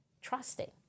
trusting